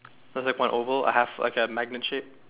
there's like one oval I have like a magnet shape